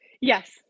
Yes